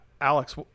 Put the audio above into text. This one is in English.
alex